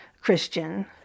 Christian